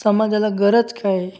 समाजाला गरज काय आहे